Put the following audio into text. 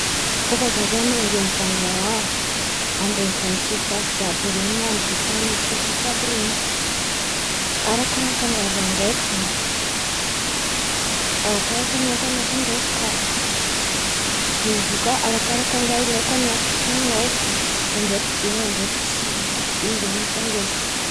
Koa fa zah zan̈y mandeha mivanga raha amiren̈y grandy sirifasy jiàby ren̈y na amin̈'ny dokany tsotsotra àby ren̈y. Arakaraka ny raha vangaiko zen̈y de arakaraka ny entan̈a vangaiko kà de zio kà arakaraka ny raha ilaiko an̈aty an-tran̈o ao fo ndraiky be ndraiky tsy be zen̈y raha vangaiko.